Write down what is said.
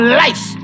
life